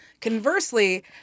conversely